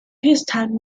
peacetime